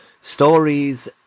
Stories